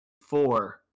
four